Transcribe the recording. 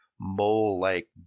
mole-like